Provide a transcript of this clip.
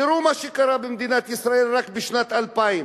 תראו מה שקרה במדינת ישראל רק בשנת 2000,